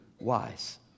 wise